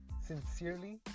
sincerely